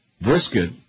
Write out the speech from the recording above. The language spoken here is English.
Brisket